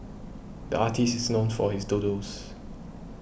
the artist is known for his doodles